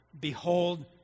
Behold